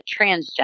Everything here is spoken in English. transgender